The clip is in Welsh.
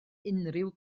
unrhyw